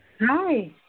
Hi